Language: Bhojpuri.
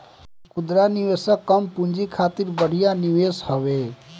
खुदरा निवेशक कम पूंजी खातिर बढ़िया निवेश हवे